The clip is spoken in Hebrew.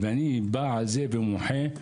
ואני בא ומוחה על זה,